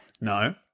No